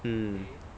mm